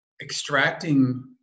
extracting